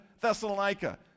Thessalonica